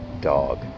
dog